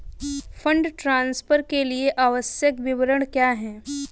Fund transfer के लिए आवश्यक विवरण क्या हैं?